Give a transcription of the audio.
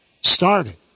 started